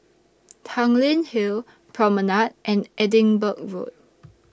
Tanglin Hill Promenade and Edinburgh Road